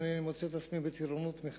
והנה אני מוצא את עצמי בטירונות מחדש.